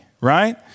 right